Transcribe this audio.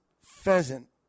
pheasant